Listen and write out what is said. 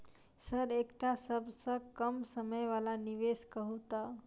Sir एकटा सबसँ कम समय वला निवेश कहु तऽ?